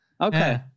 Okay